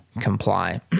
comply